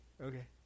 Okay